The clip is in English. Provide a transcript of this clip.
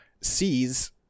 Sees